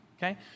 Okay